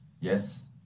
Yes